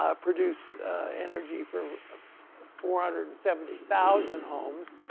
ah produce energy for four hundred and seventy thousand homes.